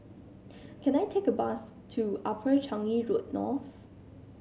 can I take a bus to Upper Changi Road North